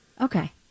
Okay